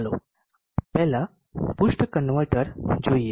ચાલો પહેલા boost converter જોઈએ